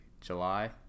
July